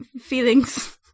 feelings